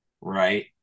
right